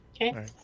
Okay